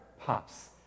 pops